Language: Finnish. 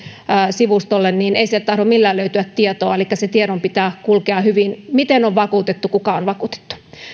sivustolle ottaa yhteyttä niin ei sieltä tahdo millään löytyä tietoa elikkä sen tiedon pitää kulkea hyvin miten on vakuutettu kuka on vakuutettu